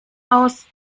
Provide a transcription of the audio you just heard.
aus